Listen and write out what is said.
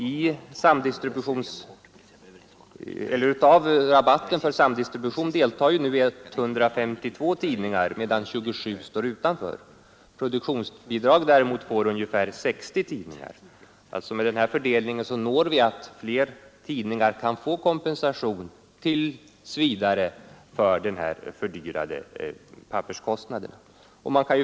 Nu får 152 tidningar del av rabatten för samdistribution, medan 27 står utanför. Produktionsbidrag däremot får ungefär 60 tidningar. Med den fördelning vi föreslår kommer fler tidningar att få kompensation tills vidare för den ökade papperskostnaden.